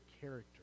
character